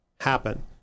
happen